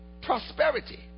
prosperity